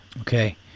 Okay